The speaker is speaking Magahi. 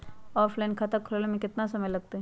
ऑफलाइन खाता खुलबाबे में केतना समय लगतई?